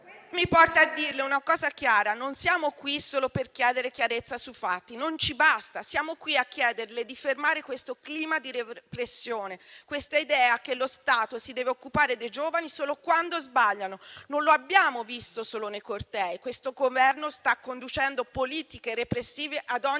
mi porta a dirle una cosa chiara: non siamo qui solo per chiedere chiarezza su fatti. Non ci basta; siamo qui a chiederle di fermare questo clima di repressione, questa idea che lo Stato si deve occupare dei giovani solo quando sbagliano. Non lo abbiamo visto solo nei cortei. Questo Governo sta conducendo politiche repressive ad ogni